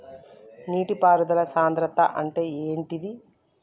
నీటి పారుదల సంద్రతా అంటే ఏంటిది?